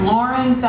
Lauren